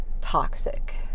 toxic